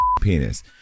penis